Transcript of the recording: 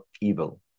evil